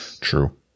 True